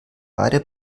beide